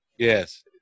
yes